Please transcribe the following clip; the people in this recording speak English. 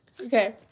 Okay